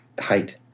height